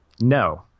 No